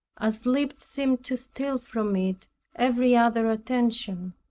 as sleep seemed to steal from it every other attention.